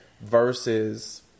versus